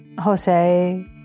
Jose